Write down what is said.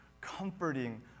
comforting